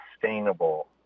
sustainable